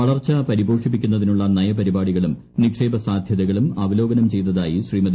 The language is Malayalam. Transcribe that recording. വളർച്ച പരിപോഷിപ്പിക്കുന്നതിനുള്ള നയപരിപാടികളും നിക്ഷേപ സാധ്യതകളും അവലോകനം ചെയ്തതായി ശ്രീമതി